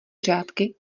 řádky